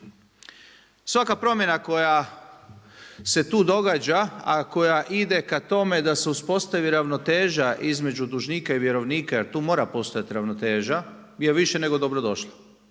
Svaka promjena koja se tu događa, a koja ide ka tome da se uspostavi ravnoteža između dužnika i vjerovnika, jer tu mora postojati ravnoteža, je više nego dobrodošla.